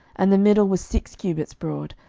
and the middle was six cubits broad,